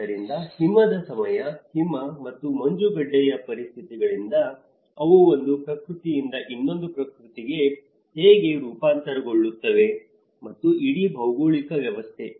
ಆದ್ದರಿಂದ ಹಿಮದ ಸಮಯ ಹಿಮ ಮತ್ತು ಮಂಜುಗಡ್ಡೆಯ ಪರಿಸ್ಥಿತಿಗಳಿಂದ ಅವು ಒಂದು ಪ್ರಕೃತಿಯಿಂದ ಇನ್ನೊಂದು ಪ್ರಕೃತಿಗೆ ಹೇಗೆ ರೂಪಾಂತರಗೊಳ್ಳುತ್ತವೆ ಮತ್ತು ಇಡೀ ಭೌಗೋಳಿಕ ವ್ಯವಸ್ಥೆ